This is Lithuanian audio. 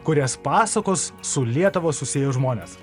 kurias pasakos su lietuva susiję žmonės